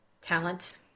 talent